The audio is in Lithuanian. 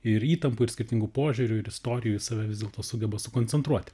ir įtampų ir skirtingų požiūrių ir istorijų į save vis dėlto sugeba sukoncentruoti